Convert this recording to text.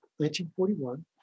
1941